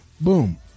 Boom